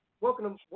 Welcome